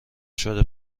شده